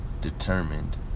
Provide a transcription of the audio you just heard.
determined